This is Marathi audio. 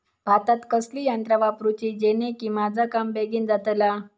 भातात कसली यांत्रा वापरुची जेनेकी माझा काम बेगीन जातला?